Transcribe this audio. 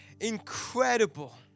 incredible